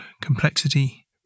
Complexity